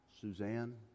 Suzanne